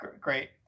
Great